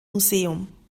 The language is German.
museum